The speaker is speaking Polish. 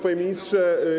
Panie Ministrze!